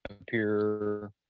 appear